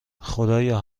خدایا